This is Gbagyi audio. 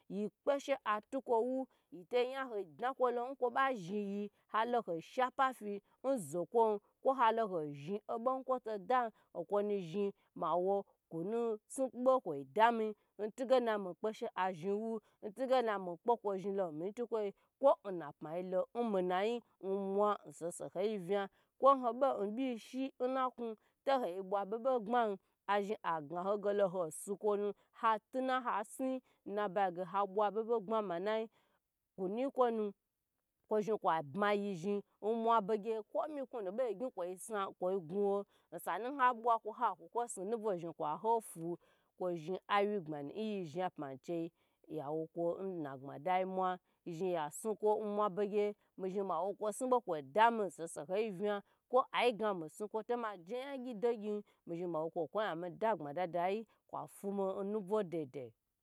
Yi kpa she atuko wu yito nyaho dnako lom n kobe zhni yii halo ho she pafi n zokum kohalo hozhni bo kotodam okwonu zhni mawo kunu snubo ku dami n tugana mi kpa she azhni n wu n tugana mi kpa zhnilo n miyi tukoi kona pma lo n mi nayi n saho saho vinya ko hobo byi shi na kwu to hoi bwa abyebye gbmam azhni agnaho lo hosu kunu hatuna hasnu nabyi ge habwa byebye gbma manai kunuyi konu kozhni mayi zhni ko miknunu boi gye koi gwuho osanu habwako haku kosnu nubwu zhni kwaho fwu kozhni awye gbmanu n yizhi pma chi yawoko na gbmadai mwa yizhni ya snuko mubegyi mi zhni mawo kosnu bo kodami n saho sahoi vyi koi i gnagye mi snu ko to maje nyagyi dogyi mi zhin mawo konya mi dagbma dadayi kwa fwumi nubo